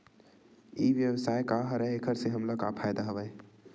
ई व्यवसाय का हरय एखर से हमला का फ़ायदा हवय?